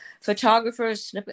photographers